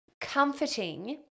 comforting